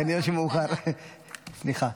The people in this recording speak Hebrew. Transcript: כנראה מאוחר, סליחה.